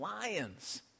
lions